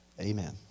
Amen